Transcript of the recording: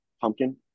pumpkin